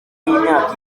y’imyaka